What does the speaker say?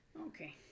Okay